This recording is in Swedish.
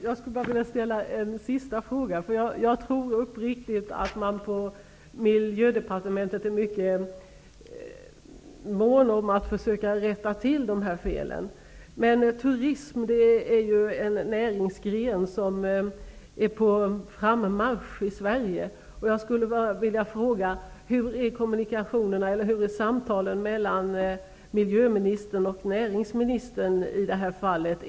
Fru talman! Jag vill ställa en sista fråga. Jag tror uppriktigt att man på Miljödepartementet är mycket mån om att försöka rätta till dessa fel. Men turismen är ju en näringsgren på frammarsch i Sverige. Hur går samtalen mellan miljöministern och näringsministern i detta fall?